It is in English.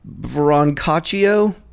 broncaccio